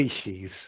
species